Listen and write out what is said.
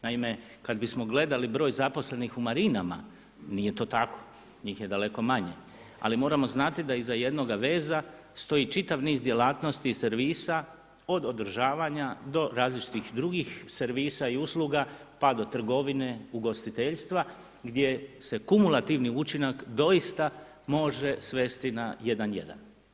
Naime, kada bismo gledali broj zaposlenih u marinama, nije to tako, njih je daleko manje, ali moramo znati da iza jednoga veza, stoji čitav niz djelatnosti, servisa, od održavanja, do različitih drugih servisa i usluga, pa do trgovine, ugostiteljstva, gdje se kumulativni učinak, doista može svesti na 1.1.